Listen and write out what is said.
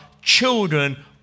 children